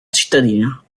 cittadina